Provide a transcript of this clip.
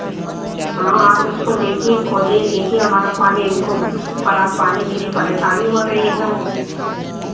हाँ आप उसको देखिए खोदिए देखिए हमारा पानी हमको पड़ा पानी बिन परेशानी हो रही है